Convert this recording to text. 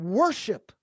worship